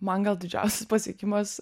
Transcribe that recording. man gal didžiausias pasiekimas